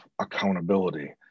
accountability